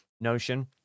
Notion